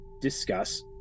discuss